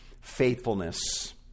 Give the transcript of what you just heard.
faithfulness